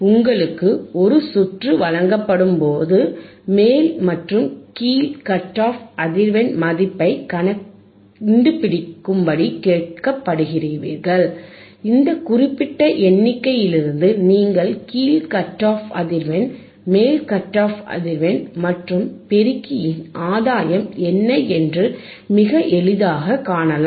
உங்களுக்கு ஒரு சுற்று வழங்கப்படும் போது மேல் மற்றும் கீழ் கட் ஆஃப் அதிர்வெண் மதிப்பைக் கண்டுபிடிக்கும்படி கேட்கப்படுவீர்கள் இந்த குறிப்பிட்ட எண்ணிக்கையிலிருந்து நீங்கள் கீழ் கட் ஆஃப் அதிர்வெண் மேல் கட் ஆஃப் அதிர்வெண் மற்றும் பெருக்கியின் ஆதாயம் என்ன என்று மிக எளிதாகக் காணலாம்